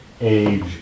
age